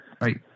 right